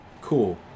cool